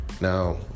Now